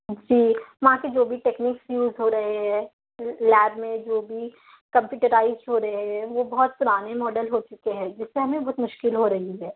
جی وہاں کے جو بھی ٹیکنکس یوز ہو رہے ہیں لیب میں جو بھی کمپیوٹرائز ہو رہے ہیں وہ بہت پرانے ماڈل ہو چکے ہیں جس سے ہمیں بہت مشکل ہو رہی ہے